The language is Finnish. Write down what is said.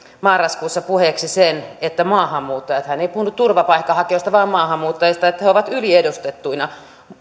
marraskuussa puheeksi sen että maahanmuuttajat hän ei puhunut turvapaikanhakijoista vaan maahanmuuttajista ovat yliedustettuina